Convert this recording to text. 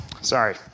Sorry